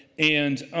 and